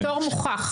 תור מוכח.